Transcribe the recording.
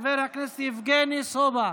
חבר הכנסת יבגני סובה,